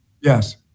Yes